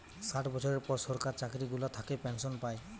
ষাট বছরের পর সরকার চাকরি গুলা থাকে পেনসন পায়